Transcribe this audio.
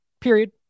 period